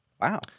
Wow